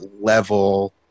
level